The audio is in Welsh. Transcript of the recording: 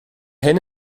hyn